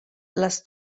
les